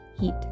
heat